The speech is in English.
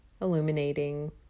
illuminating